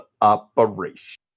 operation